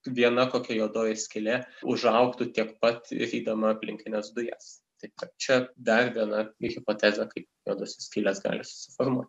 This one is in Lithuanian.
viena kokia juodoji skylė užaugtų tiek pat rydama aplinkines dujas taip kad čia dar viena hipotezė kaip juodosios skylės gali susiformuoti